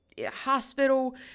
hospital